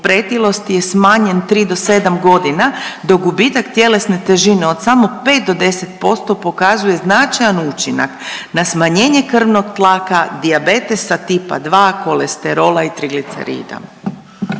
pretilosti je smanjen 3 do 7 godina dok gubitak tjelesne težine od samo 5 do 10% pokazuje značajan učinak na smanjenje krvnog tlaka, dijabetesa Tipa 2, kolesterola i triglicerida.